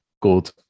good